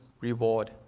reward